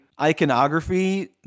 iconography